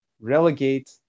relegate